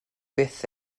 byth